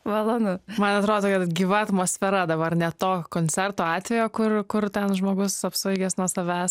malonu man atrodo kad gyva atmosfera dabar ne to koncerto atvejo kur kur ten žmogus apsvaigęs nuo savęs